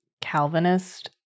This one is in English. calvinist